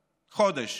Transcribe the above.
חודש.